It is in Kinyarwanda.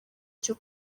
cyo